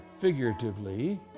figuratively